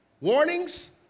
warnings